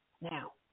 now